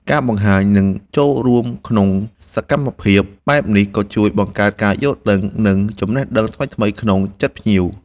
ការបង្ហាញ និងចូលរួមក្នុងសកម្មភាពបែបនេះក៏ជួយបង្កើតការយល់ដឹង និងចំណេះដឹងថ្មីៗក្នុងចិត្តភ្ញៀវ